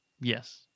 Yes